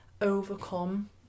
overcome